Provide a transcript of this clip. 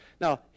Now